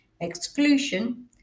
Exclusion